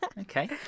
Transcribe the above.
Okay